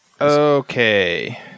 Okay